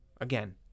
Again